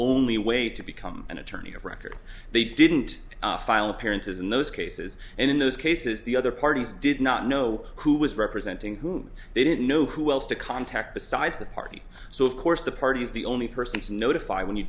only way to become an attorney of record they didn't file appearances in those cases and in those cases the other parties did not know who was representing whom they didn't know who else to contact besides the party so of course the party is the only person to notify when you